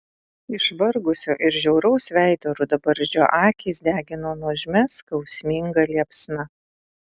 išvargusio ir žiauraus veido rudabarzdžio akys degino nuožmia skausminga liepsna